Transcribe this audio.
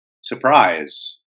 surprise –